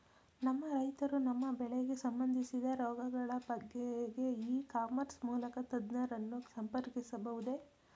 ನಮ್ಮ ರೈತರು ತಮ್ಮ ಬೆಳೆಗೆ ಸಂಬಂದಿಸಿದ ರೋಗಗಳ ಬಗೆಗೆ ಇ ಕಾಮರ್ಸ್ ಮೂಲಕ ತಜ್ಞರನ್ನು ಸಂಪರ್ಕಿಸಬಹುದೇ?